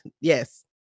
Yes